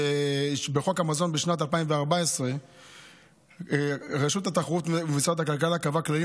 בחוק המזון בשנת 2014 רשות התחרות במשרד הכלכלה קבעה כללים